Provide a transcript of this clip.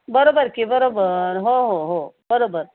बरोबर की बरोबर हो हो हो बरोबर